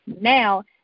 Now